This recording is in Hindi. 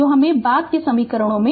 तो यह बाद के समीकरण हैं